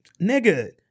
nigga